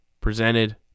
presented